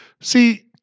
See